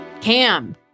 Cam